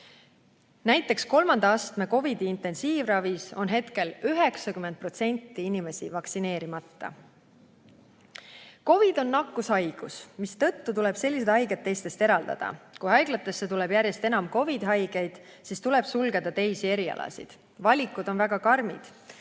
COVID‑i kolmanda astme intensiivravis on hetkel 90% inimesi vaktsineerimata. COVID on nakkushaigus, mistõttu tuleb sellised haiged teistest eraldada. Kui haiglatesse tuleb järjest enam COVID-i haigeid, siis tuleb sulgeda teisi erialasid. Valikud on väga karmid.